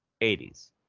80s